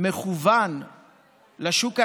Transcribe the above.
מכוון לשוק האזרחי,